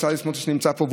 שנמצא פה,